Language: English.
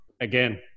again